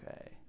okay